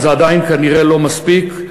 אבל זה עדיין כנראה לא מספיק,